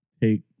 take